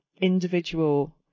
individual